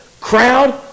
crowd